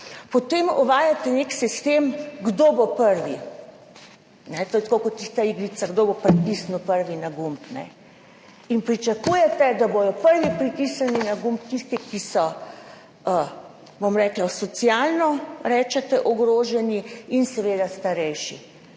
Potem uvajate nek sistem, kdo bo prvi. To je tako kot tista igrica, kdo bo pritisnil prvi na gumb in pričakujete, da bodo prvi pritisnili na gumb tisti, ki so socialno ogroženi in seveda starejši.